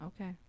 okay